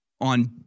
on